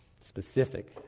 Specific